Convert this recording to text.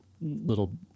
little